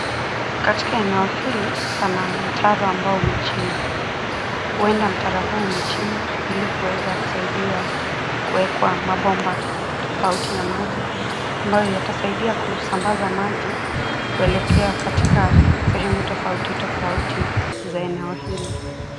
Katika eneo hili, pana mtaro ambao umechimbwa, huenda mtaro huu umechimbwa ilikuweza kusaidia, kuwekwa mabomba, tofauti ya maji, ambayo yatasaidia kusambaza maji, kuelekea katika, sehemu tofauti tofauti, za eneo hili.